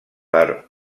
per